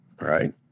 right